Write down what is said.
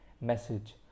message